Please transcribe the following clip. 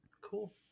cool